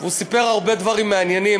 הוא סיפר הרבה דברים מעניינים,